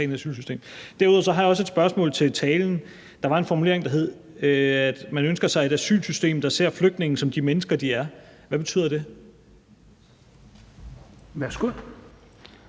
Derudover har jeg også et spørgsmål til talen. Der var en formulering, der hed, at man ønsker sig et asylsystem, der ser flygtninge som de mennesker, de er. Hvad betyder det? Kl.